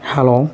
hello